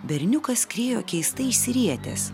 berniukas skriejo keistai išsirietęs